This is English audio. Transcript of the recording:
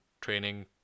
training